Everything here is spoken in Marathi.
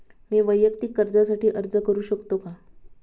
मी वैयक्तिक कर्जासाठी अर्ज करू शकतो का?